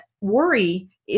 worry